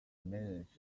diminished